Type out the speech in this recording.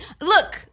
look